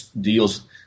deals